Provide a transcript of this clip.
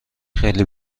خیلی